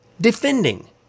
Defending